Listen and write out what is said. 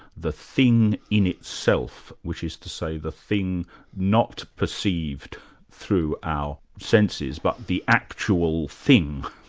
the thing in itself, which is to say the thing not perceived through our senses but the actual thing,